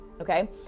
okay